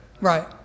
right